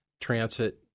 transit